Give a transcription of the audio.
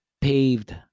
paved